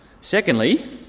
Secondly